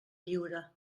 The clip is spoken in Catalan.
lliure